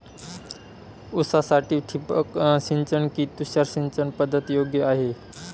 ऊसासाठी ठिबक सिंचन कि तुषार सिंचन पद्धत योग्य आहे?